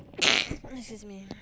excuse me